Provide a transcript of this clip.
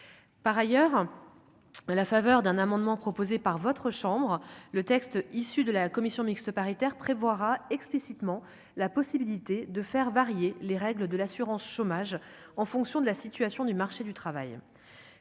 par ailleurs, à la faveur d'un amendement proposé par votre chambre, le texte issu de la commission mixte paritaire prévoira explicitement la possibilité de faire varier les règles de l'assurance chômage en fonction de la situation du marché du travail,